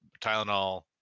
Tylenol